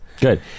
Good